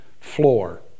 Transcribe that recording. floor